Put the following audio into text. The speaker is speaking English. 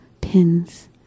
Pins